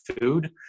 food